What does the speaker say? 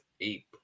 eight